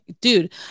dude